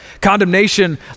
condemnation